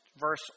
verse